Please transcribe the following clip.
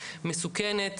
מסוכנת,